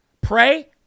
Pray